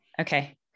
Okay